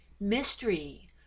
Mystery